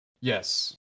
Yes